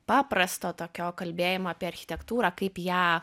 paprasto tokio kalbėjimo apie architektūrą kaip ją